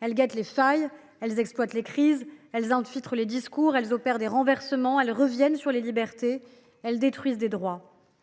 Elles guettent les failles, exploitent les crises, infiltrent les discours, opèrent des renversements, reviennent sur les libertés, détruisent des droits.